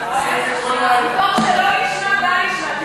אתה רואה, מתוך שלא לשמה בא לשמה.